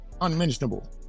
unmentionable